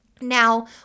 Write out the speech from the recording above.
Now